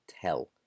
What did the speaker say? tell